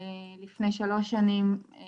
לפני כשלוש שנים אני